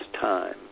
time